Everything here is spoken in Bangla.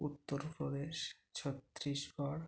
উত্তর প্রদেশ ছত্তিশগড়